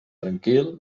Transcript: tranquil